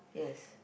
yes